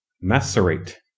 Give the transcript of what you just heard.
Macerate